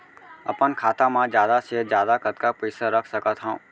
अपन खाता मा जादा से जादा कतका पइसा रख सकत हव?